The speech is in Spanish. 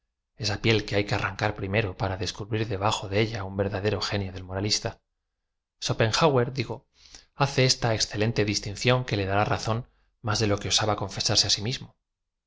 esa piel que hay que arran car primero para descubrir debajo de e lu un verdadero genio de moralista schopenhauer digo hace esta excelente distinción que le dar razón más de lo que osaba confesarso á si mismo